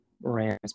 Rams